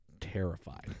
terrified